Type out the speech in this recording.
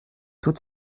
tout